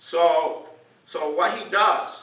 so our so why